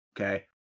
Okay